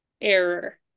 error